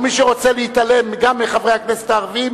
או מי שרוצה להתעלם גם מחברי הכנסת הערבים,